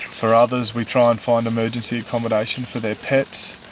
for others we try and find emergency accommodation for their pets,